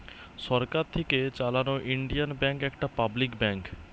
সরকার থিকে চালানো Indian bank একটা পাবলিক ব্যাঙ্ক